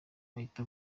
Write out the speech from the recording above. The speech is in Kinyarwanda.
ahita